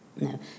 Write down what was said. No